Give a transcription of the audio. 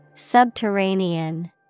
Subterranean